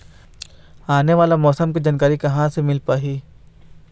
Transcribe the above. आने वाला मौसम के जानकारी कहां से मिल पाही?